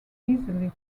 easily